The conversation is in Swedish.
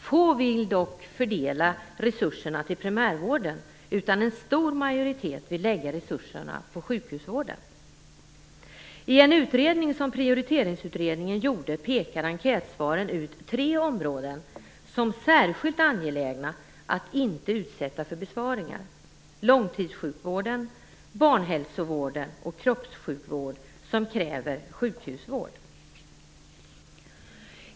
Få vill dock fördela resurserna till primärvården, utan en stor majoritet vill lägga resurserna på sjukhusvården. I en utredning som Prioriteringsutredningen gjorde pekar enkätsvaren ut tre områden som särskilt angelägna att inte utsätta för besparingar: långtidssjukvården, barnhälsovården och kroppssjukvård som kräver sjukhusvård.